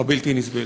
הבלתי-נסבלת.